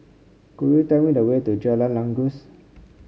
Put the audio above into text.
could you tell me the way to Jalan Janggus